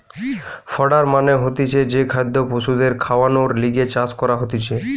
fodder মানে হতিছে যে খাদ্য পশুদের খাওয়ানর লিগে চাষ করা হতিছে